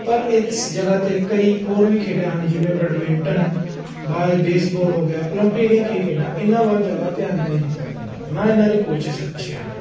ਪਰ ਇਸ ਜਗ੍ਹਾ 'ਤੇ ਕਈ ਹੋਰ ਵੀ ਖੇਡਾਂ ਹਨ ਜਿਵੇਂ ਬੈਡਮਿੰਟਨ ਬਾਏ ਬੇਸਬੋਲ ਹੋ ਗਿਆ ਓਲੰਪਿਕ ਦੀਆਂ ਕਈ ਖੇਡਾਂ ਇਹਨਾਂ ਵੱਲ ਜ਼ਿਆਦਾ ਧਿਆਨ ਨਹੀਂ ਦਿੱਤਾ ਜਾਂਦਾ ਨਾ ਇਹਨਾਂ ਦੇ ਕੋਚਿਸ ਅੱਛੇ ਹਨ